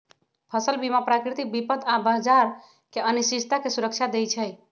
फसल बीमा प्राकृतिक विपत आऽ बाजार के अनिश्चितता से सुरक्षा देँइ छइ